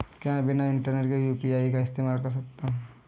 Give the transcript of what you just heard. क्या मैं बिना इंटरनेट के यू.पी.आई का इस्तेमाल कर सकता हूं?